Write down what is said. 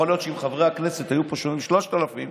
יכול להיות שאם חברי הכנסת היו שומעים 3,000,